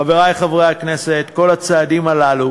חברי חברי הכנסת, כל הצעדים הללו